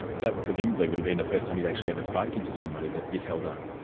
but that presumably would have been the first time you'd actually ever spoken to somebody that you'd held up?